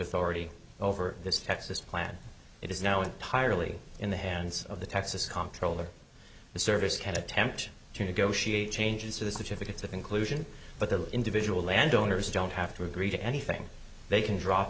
authority over this texas plan it is now entirely in the hands of the texas contrail or the service can attempt to negotiate changes to the switch if it's of inclusion but the individual landowners don't have to agree to anything they can drop